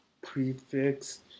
Prefix